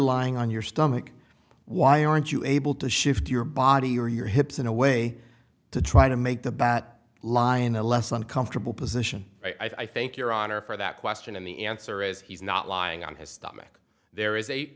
lying on your stomach why aren't you able to shift your body or your hips in a way to try to make the bat lie in a less uncomfortable position i think your honor for that question and the answer is he's not lying on his stomach there is